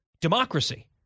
democracy